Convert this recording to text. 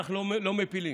לא, אנחנו לא מפילים.